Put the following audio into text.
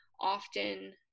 often